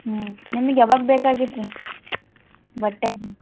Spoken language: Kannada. ಹ್ಞೂ ನಿಮಗ್ ಯಾವಾಗ ಬೇಕಾಗಿತ್ತು ರಿ ಬಟ್ಟೆ